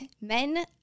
Men